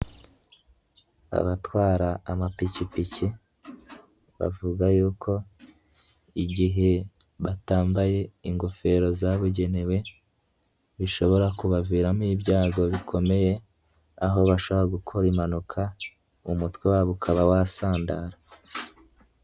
Abatwara amapikipiki bavuga yuko igihe batambaye ingofero zabugenewe bishobora kubaviramo ibyago bikomeye, aho bashobora gukora impanuka mu mutwe wabo ukaba wasandara.